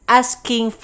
asking